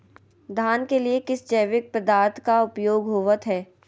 धान के लिए किस जैविक पदार्थ का उपयोग होवत है?